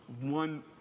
One